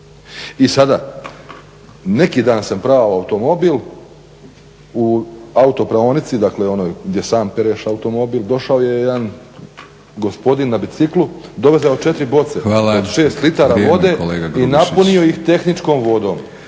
I sada neki dan sam prao automobil u autopraonici dakle onoj gdje sam pereš automobil. Došao je jedan gospodin na biciklu, dovezao 4 boce od 6 litara vode i napunio ih tehničkom vodom.